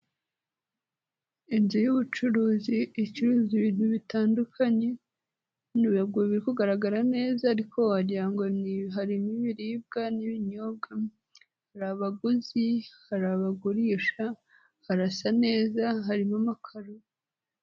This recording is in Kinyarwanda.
Inzu y'ubucuruzi icuruza ibintu bitandukanye, ntabwo biri kugaragara neza ariko wagira ngo harimo ibibiribwa n'ibinyobwa, hari abaguzi, hari abagurisha, harasa neza, harimo amakararo...